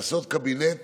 לעשות קבינט